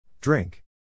Drink